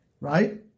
right